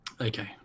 okay